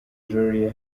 jolly